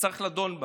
וצריך לדון בה.